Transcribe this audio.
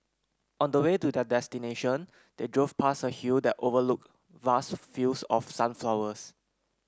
on the way to their destination they drove past a hill that overlooked vast fields of sunflowers